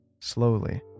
Slowly